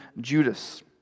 Judas